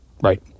Right